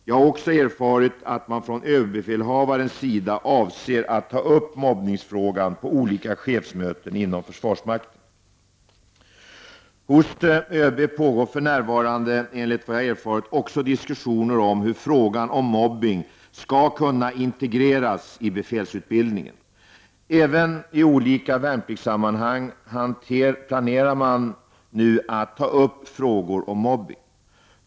Jag har också erfarit att man från överbefälhavarens sida avser att ta upp mobbningsfrågan på olika chefsmöten inom försvarsmakten. Hos överbefälhavaren pågår för närvarande, enligt vad jag erfarit, också diskussioner om hur frågor om mobbning skall kunna integreras i befälsutbildningen. Även i olika värnpliktssammanhang planerar man nu att ta upp frågor om mobbning.